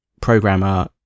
programmer